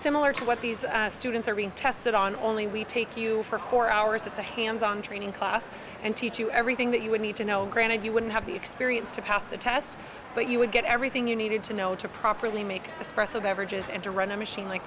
similar to what these students are being tested on only we take you for four hours at the hands on training class and teach you everything that you would need to know granted you wouldn't have the experience to pass the test but you would get everything you needed to know to properly make a special beverages and to run a machine like